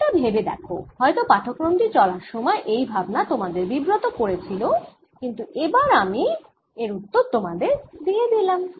এটা ভেবে দেখ হয়ত পাঠক্রম টি চলার সময় এই ভাবনা তোমাদের বিব্রত করেছিল কিন্তু এবার আমি এর উত্তর তোমাদের দিয়ে দিলাম